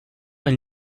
elle